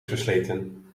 versleten